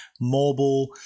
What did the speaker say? mobile